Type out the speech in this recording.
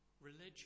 religion